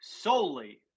solely